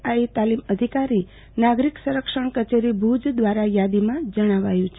આઈ તાલીમ અધિકારી નાગરિક સંરક્ષણ કચેરી ભુજ દ્વારા યાદીમાં જણાવ્યું છે